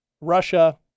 Russia